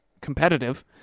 competitive